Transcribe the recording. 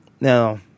Now